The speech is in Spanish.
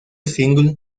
single